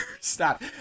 Stop